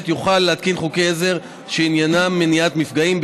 יוכל להתקין חוקי עזר שעניינם מניעת מפגעים,